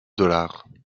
dollars